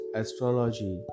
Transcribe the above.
astrology